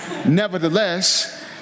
Nevertheless